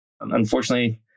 unfortunately